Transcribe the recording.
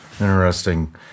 Interesting